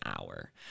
hour